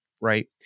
right